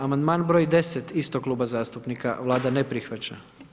Amandman broj 10 istog kluba zastupnika, Vlada ne prihvaća.